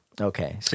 Okay